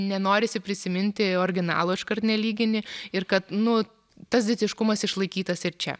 nenorisi prisiminti orginalo iškart nelygini ir kad nu tas ditiškumas išlaikytas ir čia